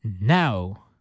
now